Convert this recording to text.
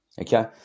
Okay